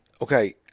Okay